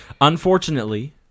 Unfortunately